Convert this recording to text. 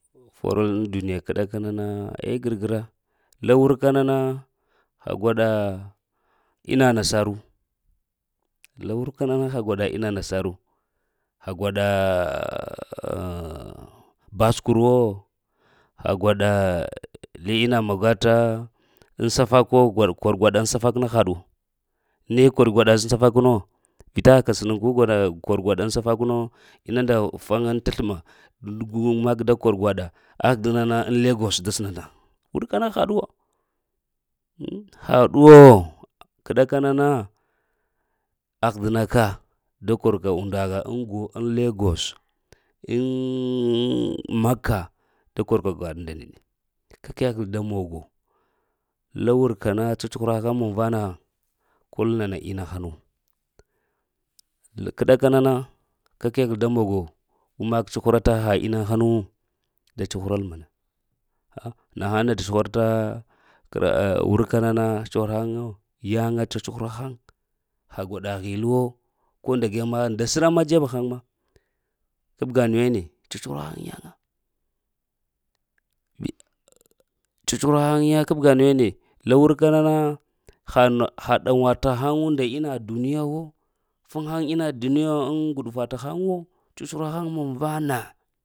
Korel ŋ duniya kə ɗakanana eh gər-gra, la wurka nana ita gwaɗa ina nasaru, la wurka na na ha gwada ina nasaru ha gwada baskur wo, ha gwada li ina magata tŋ safakwo, kor gwada ŋ safak na haɗu, ne kor gwaɗa safak nawo. vita ha ka sənənku kor gwaɗ ŋ safak nu, inu nda fanta sləmun gu mak da kor gwaɗa ahɗana na ŋ legos da sə nan ta haŋ wurke na haɗuwo a, haɗuwo k ɗakanan. Ahdnekad da kor ka gwaɗa ŋ legos da sənən ta haŋ. Wurka na haɗuwo m haɗuwo k ɗakanana ah dənaka da karka gwaɗ ŋ legos ŋ maka da korka gwaɗ ndeɗe. Kakehe da mogo la wurka na cacuhura haŋ muŋ vana, kol nana inna hanuk’ ɗakanana ka kehe da mogo go mak cuhurata ha nana ina hanu, da cuhural mana, na haŋ na da cuhurata, wurka nana cuhura haŋ yaŋa wo nahan ha gwaɗa hilli wo ko ndage ma nda sra ma dzeb haŋ kabga nuwene cacurahaŋ yaŋa. Cucuhurahaŋ gaŋa kabga nuwene la wurka nana, ha na ha ɗaŋ gwa lahaŋ wo nda ina duniya wo. Fuŋ haŋ ina duniya ŋ ŋguɗufa tahaŋ wo